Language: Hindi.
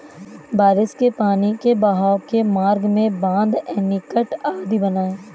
बारिश के पानी के बहाव के मार्ग में बाँध, एनीकट आदि बनाए